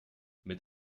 mit